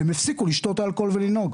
הם הפסיקו לשתות אלכוהול ולנהוג,